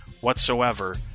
whatsoever